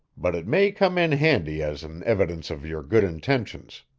but it may come in handy as an evidence of your good intentions.